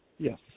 Yes